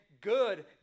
good